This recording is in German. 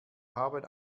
haben